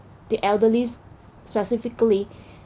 the elderlies specifically